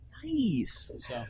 Nice